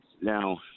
Now